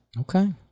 Okay